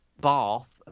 bath